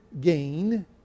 gain